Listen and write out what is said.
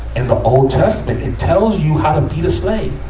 in the old testament, tells you how to beat a slave.